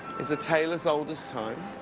is a tale as old as time,